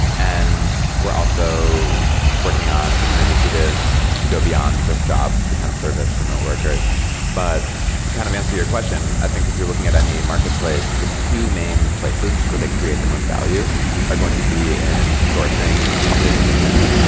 and we're also working on different initiatives to go beyond just jobs to kind of service remote workers but to kind of answer your question, i think if you're looking at any marketplace, the two main places where they create the most value are going to be in sourcing and in payments.